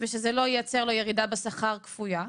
ושזה לא ייצר לו ירידה כפויה בשכר,